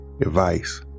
advice